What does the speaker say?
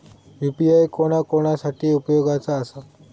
UPI कोणा कोणा साठी उपयोगाचा आसा?